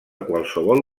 qualsevol